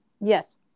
Yes